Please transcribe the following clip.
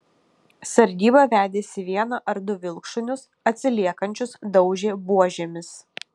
sargyba vedėsi vieną ar du vilkšunius atsiliekančius daužė buožėmis